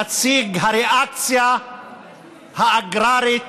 נציג הריאקציה האגררית,